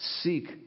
seek